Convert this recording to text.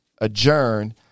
adjourn